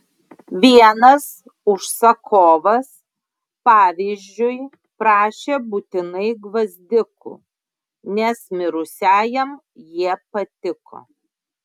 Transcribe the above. vienas užsakovas pavyzdžiui prašė būtinai gvazdikų nes mirusiajam jie patiko